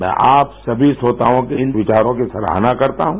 मैं आप सभी श्रोताओं के विचारों की सराहना करता हूँ